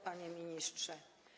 Panie Ministrze!